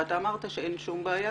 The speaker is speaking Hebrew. ואתה אמרת שאין שום בעיה,